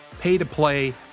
pay-to-play